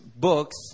Books